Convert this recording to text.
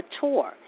tour